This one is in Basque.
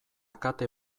kate